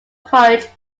college